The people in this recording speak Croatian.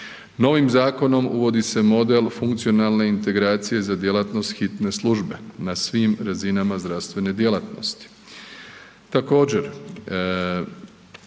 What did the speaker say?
Novim zakonom uvodi se model funkcionalne integracije za djelatnost hitne službe na svim razinama zdravstvene djelatnosti.